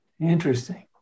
Interesting